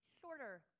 shorter